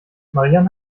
marian